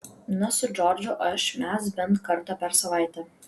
na su džordžu aš mes bent kartą per savaitę